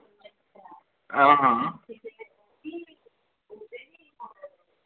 हां